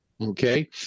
okay